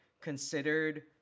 considered